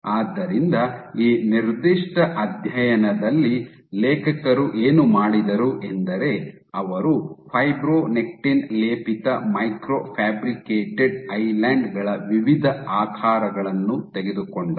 ಆದ್ದರಿಂದ ಈ ನಿರ್ದಿಷ್ಟ ಅಧ್ಯಯನದಲ್ಲಿ ಲೇಖಕರು ಏನು ಮಾಡಿದರು ಎಂದರೆ ಅವರು ಫೈಬ್ರೊನೆಕ್ಟಿನ್ ಲೇಪಿತ ಮೈಕ್ರೊ ಫ್ಯಾಬ್ರಿಕೇಟೆಡ್ ಐಲ್ಯಾನ್ಡ್ ಗಳ ವಿವಿಧ ಆಕಾರಗಳನ್ನು ತೆಗೆದುಕೊಂಡರು